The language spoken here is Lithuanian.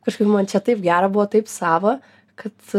kažkaip man čia taip gera buvo taip sava kad